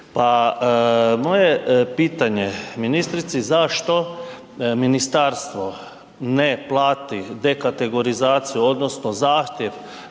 moje pitanje ministrici zašto ministarstvo ne plati dekategorizaciju odnosno zahtjev